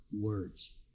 words